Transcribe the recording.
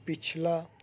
پچھلا